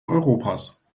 europas